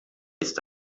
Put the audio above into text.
ist